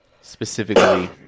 specifically